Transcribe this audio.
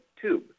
tube